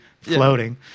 floating